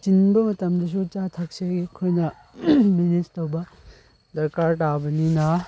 ꯆꯤꯟꯕ ꯃꯇꯝꯗꯁꯨ ꯑꯆꯥ ꯑꯊꯛꯁꯤ ꯑꯩꯈꯣꯏꯅ ꯃꯦꯅꯦꯖ ꯇꯧꯕ ꯗꯔꯀꯥꯔ ꯇꯥꯕꯅꯤꯅ